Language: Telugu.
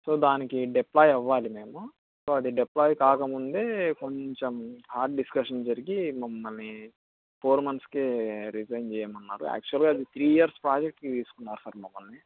సో దానికి డిప్లాయ్ అవ్వాలి మేము సో అది డిప్లాయ్ కాకముందే కొంచెం హార్డ్ డిస్కషన్ జరిగి మమ్మల్ని ఫోర్ మంత్స్కే రిజైన్ చేయమన్నారు యాక్చువల్గా అది త్రీ ఇయర్స్ ప్రాజెక్ట్కి తీసుకున్నారు సార్ మమ్మల్ని